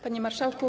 Panie Marszałku!